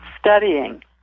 studying